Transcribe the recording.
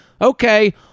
Okay